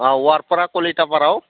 अ वारफारा कलिटाफारायाव